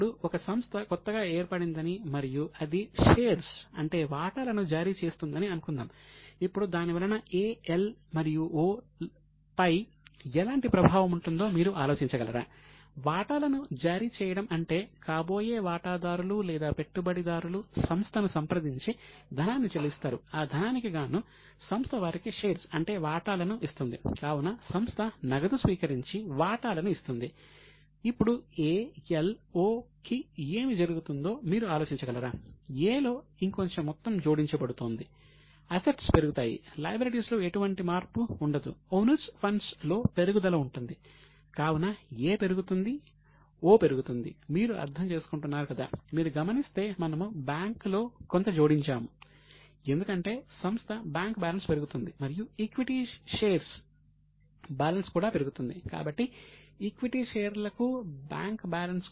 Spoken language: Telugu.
ఇప్పుడు ఒక సంస్థ కొత్తగా ఏర్పడిందని మరియు అది షేర్స్